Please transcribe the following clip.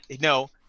no